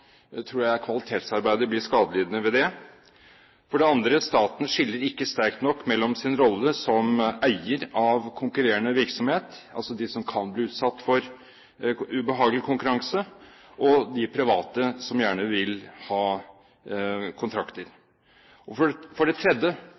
kvalitetsarbeidet blir skadelidende ved det. For det andre, staten skiller ikke sterkt nok mellom sin rolle som eier av konkurrerende virksomhet, altså de som kan bli utsatt for ubehagelig konkurranse, og de private som gjerne vil ha kontrakter.